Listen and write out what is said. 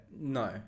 No